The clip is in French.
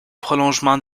prolongement